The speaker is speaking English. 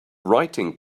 writing